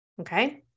Okay